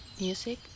Music